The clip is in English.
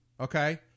Okay